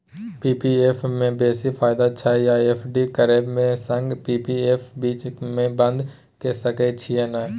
P P F म बेसी फायदा छै या एफ.डी करबै म संगे पी.पी एफ बीच म बन्द के सके छियै न?